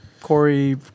Corey